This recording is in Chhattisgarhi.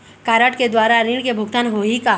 कारड के द्वारा ऋण के भुगतान होही का?